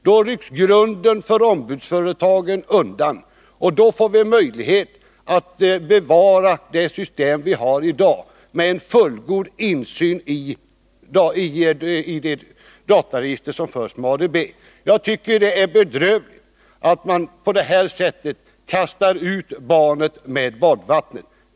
Då rycks grunden för ombudsföretagen undan, och då får vi möjlighet att bevara det system som vi har i dag med fullgod insyn i det dataregister som förs med ADB. Jag tycker att det är bedrövligt att man på detta sätt kastar ut barnet med badvattnet.